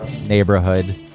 neighborhood